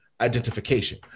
identification